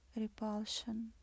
repulsion